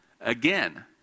again